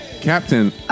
Captain